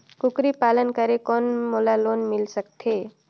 कूकरी पालन करे कौन मोला लोन मिल सकथे?